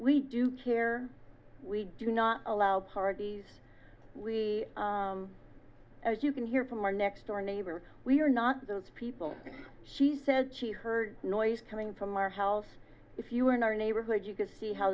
we do care we do not allow parties we as you can hear from our next door neighbor we are not those people she says she heard noise coming from our house if you are in our neighborhood you can see how